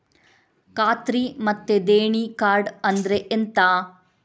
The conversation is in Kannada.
ಖಾತ್ರಿ ಮತ್ತೆ ದೇಣಿ ಕಾರ್ಡ್ ಅಂದ್ರೆ ಎಂತ?